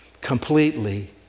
completely